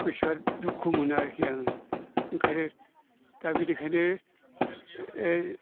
गोसोआ दुखु मोनो आरोखि आङो ओंखायनो दा बिनिखायनो